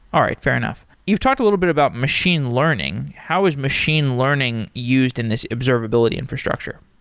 all right, fair enough. you've talked a little bit about machine learning. how is machine learning used in this observability infrastructure?